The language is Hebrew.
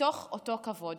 מתוך אותו כבוד.